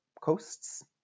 coasts